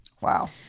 wow